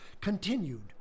continued